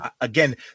again